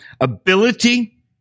ability